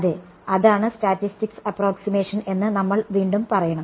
അതെ അതാണ് statics approximation എന്ന് നമ്മൾ വീണ്ടും പറയണം